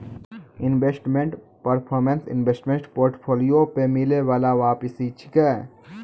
investment performance investment portfolio पे मिलै बाला वापसी छै